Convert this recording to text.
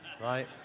right